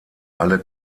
alle